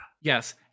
Yes